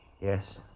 Yes